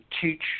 teach